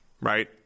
Right